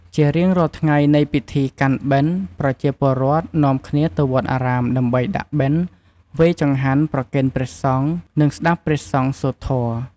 ជារៀងរាល់ថ្ងៃនៃពិធីកាន់បិណ្ឌ ប្រជាពលរដ្ឋនាំគ្នាទៅវត្តអារាមដើម្បីដាក់បិណ្ឌ វេចង្ហាន់ ប្រគេនព្រះសង្ឃ និងស្ដាប់ព្រះសង្ឃសូត្រធម៌។